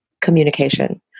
communication